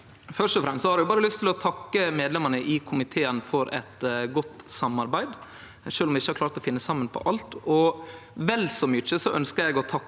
Først og fremst har eg lyst til å takke medlemene i komiteen for eit godt samarbeid, sjølv om vi ikkje har klart å finne saman i alt. Vel så mykje ønskjer eg å takke for